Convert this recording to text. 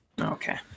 Okay